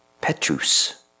Petrus